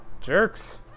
Jerks